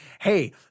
hey